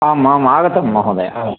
आमाम् आगतं महोदय अ